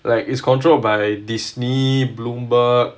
like it's controlled by Disney Bloomberg